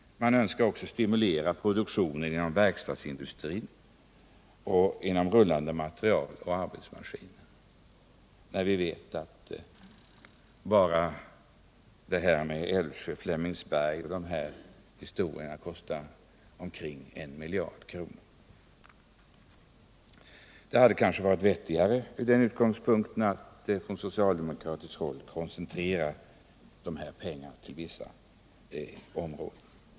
Man önskar också stimulera produktionen inom verkstadsindustrin och av rullande materiel och arbetsmaskiner. Och detta vill man göra när vi vet att bara ett dubbelspår på sträckan Älvsjö-Flemingsberg kostar omkring 1 miljard kronor! Det hade kanske från den synpunkten varit vettigare av socialdemokraterna att koncentrera dessa pengar till vissa områden.